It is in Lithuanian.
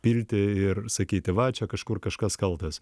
pilti ir sakyti va čia kažkur kažkas kaltas